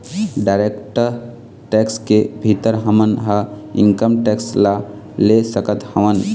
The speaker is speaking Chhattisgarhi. डायरेक्ट टेक्स के भीतर हमन ह इनकम टेक्स ल ले सकत हवँन